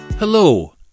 Hello